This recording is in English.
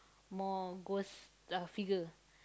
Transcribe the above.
more ghost uh figure